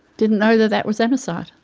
didn't know that that was amosite,